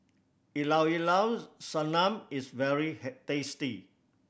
Ilao llao Sanum is very tasty